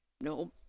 No